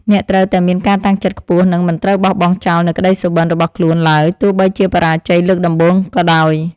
អ្នកត្រូវតែមានការតាំងចិត្តខ្ពស់និងមិនត្រូវបោះបង់ចោលនូវក្តីសុបិនរបស់ខ្លួនឡើយទោះបីជាបរាជ័យលើកដំបូងក៏ដោយ។